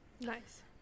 Nice